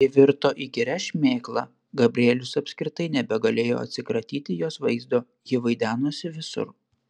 ji virto įkyria šmėkla gabrielius apskritai nebegalėjo atsikratyti jos vaizdo ji vaidenosi visur